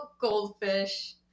goldfish